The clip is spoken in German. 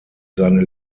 seine